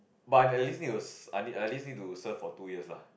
but at least you at least at least you do serve for two years lah